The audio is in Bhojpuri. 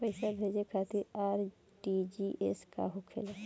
पैसा भेजे खातिर आर.टी.जी.एस का होखेला?